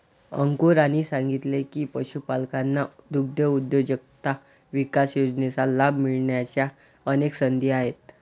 अंकुर यांनी सांगितले की, पशुपालकांना दुग्धउद्योजकता विकास योजनेचा लाभ मिळण्याच्या अनेक संधी आहेत